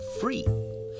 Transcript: free